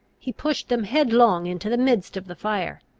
he pushed them headlong into the midst of the fire.